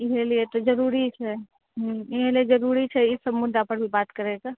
इसीलिए तऽ जरूरी छै हुँ इसीलिए जरूरी छै इसब मुद्दा पर भी बात करैके